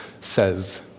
says